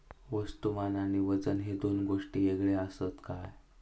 वस्तुमान आणि वजन हे दोन गोष्टी वेगळे आसत काय?